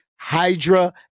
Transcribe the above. Hydra